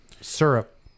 syrup